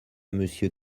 monsieur